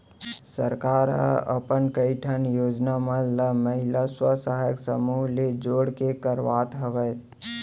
सरकार ह अपन कई ठन योजना मन ल महिला स्व सहायता समूह ले जोड़ के करवात हवय